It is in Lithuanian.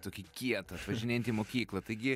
tokį kietą atvažinėjantį į mokyklą taigi